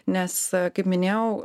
nes kaip minėjau